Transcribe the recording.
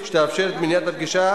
הצעת חוק זו במניעת פגישה